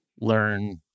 learn